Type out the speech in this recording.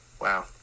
wow